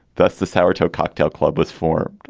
thus, the sour toe cocktail club was for